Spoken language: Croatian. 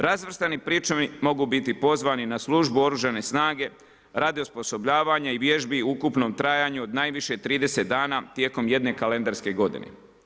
Razvrstani pričuvi mogu biti pozvani na službu oružane snage, radi osposobljavanja i vježbi u ukupnom trajanju od najviše 30 dana, tijekom jedne kalendarske godine.